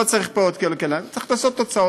לא צריך פה עוד כלכלן, אלא הכנסות הוצאות.